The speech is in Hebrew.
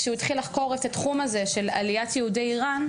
כשהוא התחיל לחקור את התחום של עליית יהודי איראן,